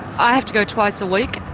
i have to go twice a week,